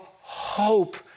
hope